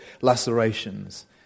lacerations